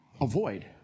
avoid